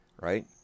right